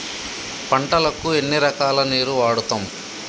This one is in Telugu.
పంటలకు ఎన్ని రకాల నీరు వాడుతం?